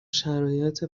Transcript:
شرایط